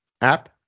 app